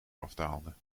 afdaalde